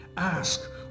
Ask